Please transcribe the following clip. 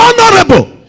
honorable